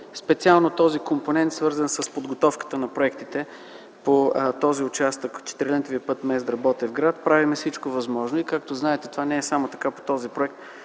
специално от този компонент, свързан с подготовката на проектите по този участък – четирилентовия път Мездра – Ботевград. Правим всичко възможно и както знаете, това не е така само по този проект,